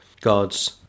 God's